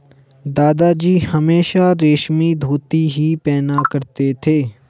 दादाजी हमेशा रेशमी धोती ही पहना करते थे